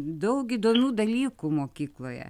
daug įdomių dalykų mokykloje